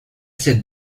cette